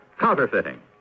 counterfeiting